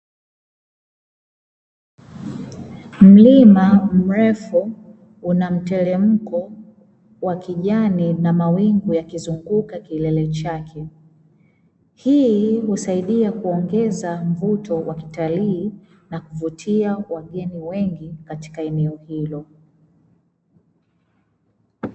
Mlima mrefu una mteremko wa kijani na mawingu yakizunguka kilele chake. Hii husaidia kuongeza mvuto wa kitalii na kuvutia wageni wengi katika eneo hilo.